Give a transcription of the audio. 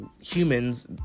humans